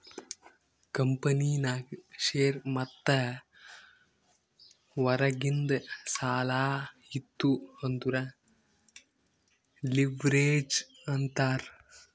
ಕಂಪನಿನಾಗ್ ಶೇರ್ ಮತ್ತ ಹೊರಗಿಂದ್ ಸಾಲಾ ಇತ್ತು ಅಂದುರ್ ಲಿವ್ರೇಜ್ ಅಂತಾರ್